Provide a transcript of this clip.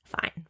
fine